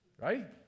Right